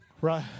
right